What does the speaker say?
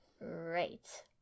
Right